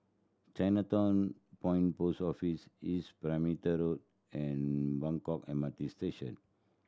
Chinatown Point Post Office East Perimeter Road and Buangkok M R T Station